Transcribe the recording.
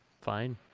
fine